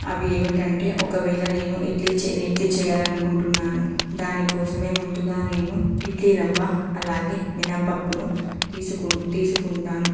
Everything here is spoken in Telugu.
అవి ఏమిటంటే ఒకవేళ నేను ఇడ్లీ చేయని చెయ్యాలనుకుంటున్నాను దానికోసమే ముందుగా నేను ఇడ్లీ రవ్వ అలాగే మినప్పప్పును తీసుకుం తీసుకుంటాను